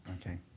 Okay